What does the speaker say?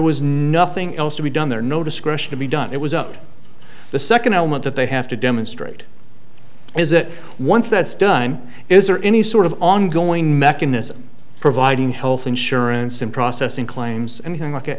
was nothing else to be done there no discretion to be done it was up to the second element that they have to demonstrate is that once that's done is there any sort of ongoing mechanism providing health insurance in processing claims anything like that